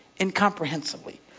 incomprehensively